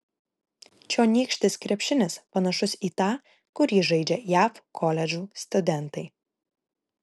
čionykštis krepšinis panašus į tą kurį žaidžia jav koledžų studentai